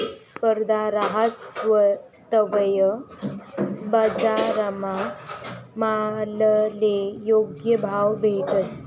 स्पर्धा रहास तवय बजारमा मालले योग्य भाव भेटस